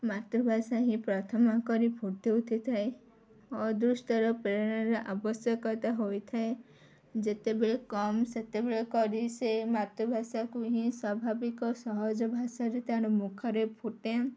ମାତୃଭାଷା ହିଁ ପ୍ରଥମା କରି ଫୁଟି ଉଠିଥାଏ ଅଦୃଷ୍ଟର ପ୍ରେରଣାର ଆବଶ୍ୟକତା ହୋଇଥାଏ ଯେତେବେଳେ କମ୍ ସେତେବେଳେ କରି ସେ ମାତୃଭାଷାକୁ ହିଁ ସ୍ୱାଭାବିକ ସହଜ ଭାଷାରେ ତା'ର ମୁଖରେ ଫୁଟେ